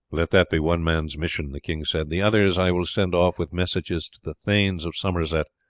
let that be one man's mission, the king said the others i will send off with messages to the thanes of somerset,